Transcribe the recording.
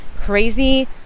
crazy